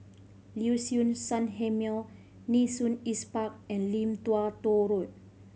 Liuxun Sanhemiao Nee Soon East Park and Lim Tua Tow Road